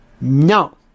No